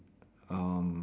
um